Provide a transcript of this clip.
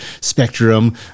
spectrum